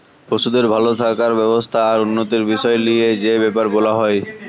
পশুদের ভাল থাকার ব্যবস্থা আর উন্নতির বিষয় লিয়ে যে বেপার বোলা হয়